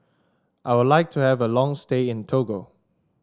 I would like to have a long stay in Togo